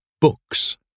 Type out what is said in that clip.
Books